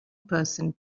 person